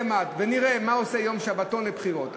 עכשיו צא ולמד, ונראה מה עושה יום שבתון לבחירות.